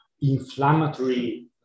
inflammatory